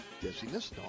dizziness